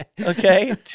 Okay